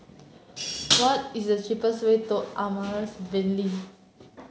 what is the cheapest way to Amaryllis Ville